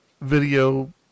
video